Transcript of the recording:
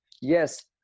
Yes